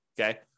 okay